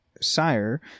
Sire